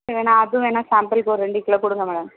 சரி வேணா அதுவும் வேணா சாம்பிள்க்கு ஒரு ரெண்டு கிலோ கொடுங்க மேடம்